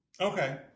Okay